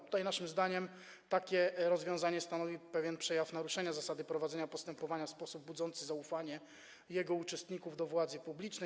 Tutaj, naszym zdaniem, takie rozwiązanie stanowi pewien przejaw naruszenia zasady prowadzenia postępowania w sposób budzący zaufanie jego uczestników do władzy publicznej.